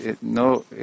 No